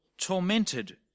tormented